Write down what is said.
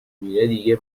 میمیره، دیگه